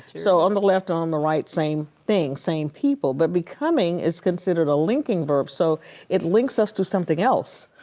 so on the left, on the right, same thing, same people but becoming is considered a linking verb. so it links us to something else.